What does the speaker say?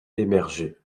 émerger